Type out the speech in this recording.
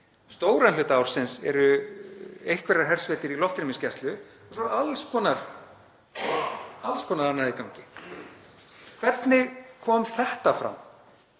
stóran hluta ársins eru einhverjar hersveitir í loftrýmisgæslu og svo er alls konar annað í gangi. Hvernig kom þetta fram?